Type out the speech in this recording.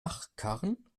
achkarren